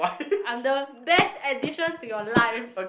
I'm the best addition to your life